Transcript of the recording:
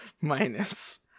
minus